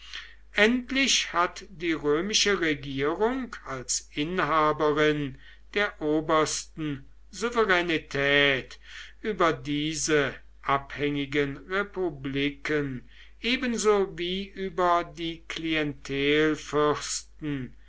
endlich hat die römische regierung als inhaberin der obersten souveränität über diese abhängigen republiken ebenso wie über die